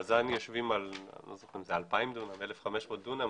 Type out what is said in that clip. בז"ן יושבים על אני לא זוכר בדיוק - אם זה 2,000 דונם או 1,500 דונם ,